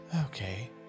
Okay